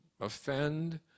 offend